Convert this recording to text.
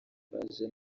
baje